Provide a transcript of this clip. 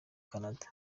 canada